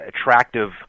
attractive